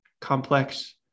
complex